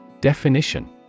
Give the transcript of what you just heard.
Definition